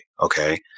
okay